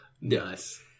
Nice